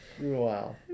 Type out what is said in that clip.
Wow